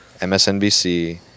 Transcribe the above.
MSNBC